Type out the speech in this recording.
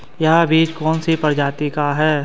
यह बीज कौन सी प्रजाति का है?